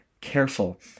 careful